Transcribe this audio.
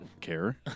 Care